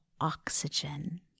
oxygen